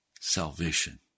salvation